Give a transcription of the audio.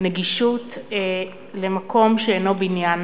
נגישות למקום שאינו בניין?